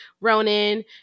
Ronan